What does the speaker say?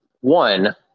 One